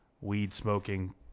weed-smoking